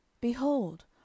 Behold